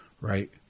Right